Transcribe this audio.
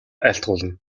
айлтгуулна